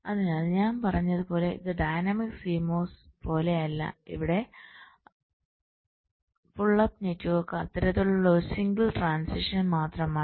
അതിനാൽ ഞാൻ പറഞ്ഞതുപോലെ ഇത് ഡൈനാമിക് CMOS പോലെയല്ല അവിടെ പുൾ അപ്പ് നെറ്റ്വർക്ക് അത്തരത്തിലുള്ള ഒരു സിംഗിൾ ട്രാന്സിഷൻ മാത്രമാണ്